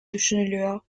düşünülüyor